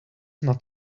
not